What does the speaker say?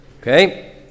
okay